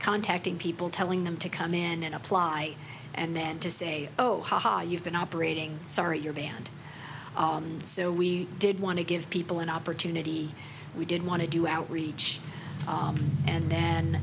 contacting people telling them to come in and apply and then to say oh ha ha you've been operating sorry you're banned and so we did want to give people an opportunity we did want to do outreach and then